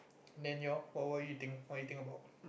and then you all what will you think what you think about